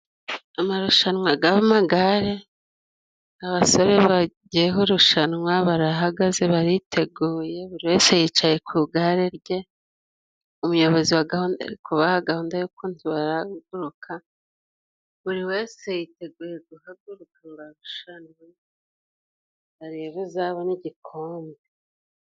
Amarushanwa gamagare abasore bagiyeho irushanwa barahagaze bariteguye buri wese yicaye ku gare rye umuyobozi wa gahunda ari kubaha gahunda y'ukuntu barahaguruka buri wese yiteguye guhaguruka ngo arushanwe arebe uzabona igikombe.